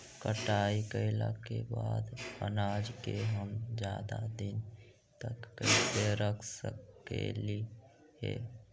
कटाई कैला के बाद अनाज के हम ज्यादा दिन तक कैसे रख सकली हे?